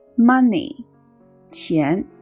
money,钱